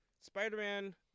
Spider-Man